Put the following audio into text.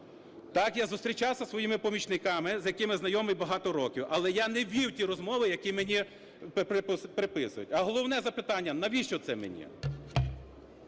Так, я зустрічався із своїми помічниками, з якими знайомий багато років, але я не вів ті розмови, які мені приписують. А головне запитання: навіщо це мені?